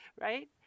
right